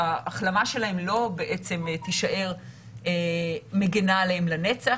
ההחלמה שלהם בעצם לא תישאר מגינה עליהם לנצח.